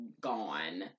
gone